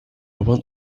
want